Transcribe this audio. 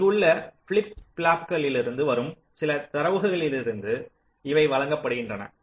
இங்குள்ள ஃபிளிப் ஃப்ளாப்புகளிலிருந்து வரும் சில தரவுகளிலிருந்து இவை வழங்கப்படுகின்றன